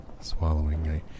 Swallowing